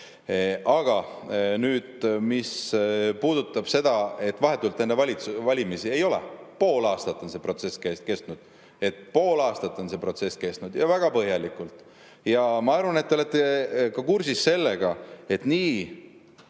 Aga nüüd, mis puudutab seda, et vahetult enne valimisi. Ei ole, pool aastat on see protsess kestnud. Pool aastat on see protsess kestnud ja väga põhjalikult. Ja ma arvan, et te olete ka kursis sellega, et nii